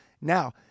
Now